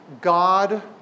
God